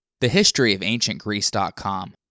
thehistoryofancientgreece.com